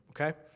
Okay